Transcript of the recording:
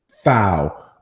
foul